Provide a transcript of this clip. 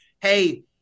hey